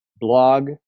blog